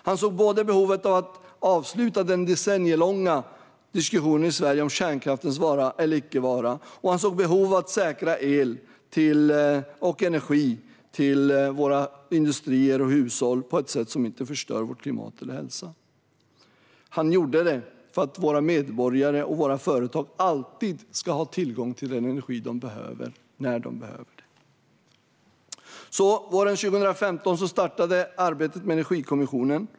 Han såg både behovet av att avsluta den decennielånga diskussionen i Sverige om kärnkraftens vara eller icke vara och behovet av att säkra el och energi till våra industrier och hushåll på ett sätt som inte förstör vårt klimat och vår hälsa. Han gjorde det för att våra medborgare och våra företag alltid ska ha tillgång till den energi som de behöver när de behöver den. Våren 2015 startade arbetet med Energikommissionen.